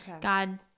god